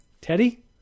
Teddy